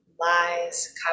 lies